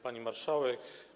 Pani Marszałek!